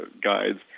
guides